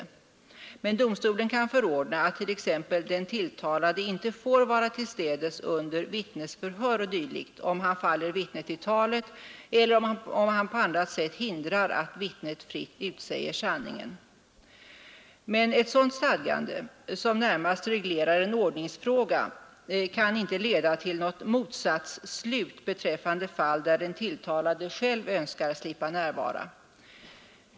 Men domstolen kan förordra att den tilltalade inte får vara tillstädes under vittnesförhör och dylikt om han faller vittnet i talet eller på annat sätt hindrar att vittnet utsäger sanningen. Detta stadgande, som närmast reglerar en ordningsfråga, kan emellertid inte leda till något motsatsslut beträffande fall där den tilltalade själv önskar slippa närvara.